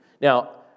Now